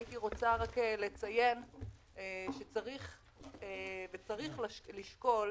רק הייתי רוצה לציין שצריך לשקול